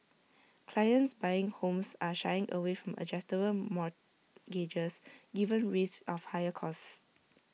clients buying homes are shying away from adjustable mortgages given risks of higher costs